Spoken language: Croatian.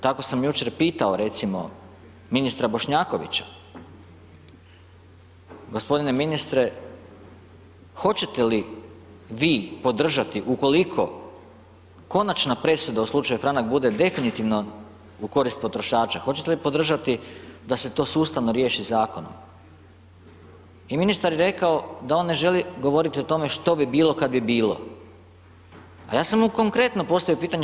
Tako sam jučer pitao recimo ministra Bošnjakovića, gospodine ministre hoćete li vi podržati ukoliko konačna presuda u slučaju Franak bude definitivno u korist potrošača, hoćete li podržati da se to sustavno riješi zakonom i ministar je rekao da on ne želi govoriti o tome što bi bilo kad bi bilo, a ja sam mu konkretno postavio pitanje.